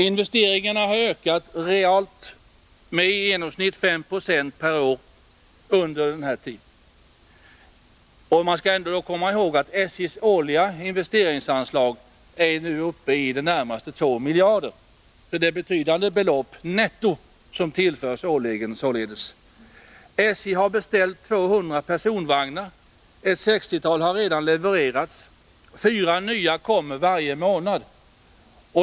Investeringarna har ökat realt med i genomsnitt 5 26 per år under den här tiden. Man skall då komma ihåg att SJ:s årliga investeringsanslag nu är uppe i närmare två miljarder. Det är således betydande belopp netto som tillförs årligen. SJ har beställt 200 personvagnar. Ett sextiotal har redan levererats, och fyra nya kommer varje månad.